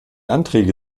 anträge